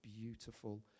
beautiful